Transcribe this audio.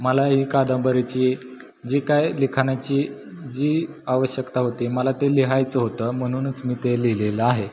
मला ही कादंबरीची जी काय लिखाणाची जी आवश्यकता होती मला ते लिहायचं होतं म्हणूनच मी ते लिहिलेलं आहे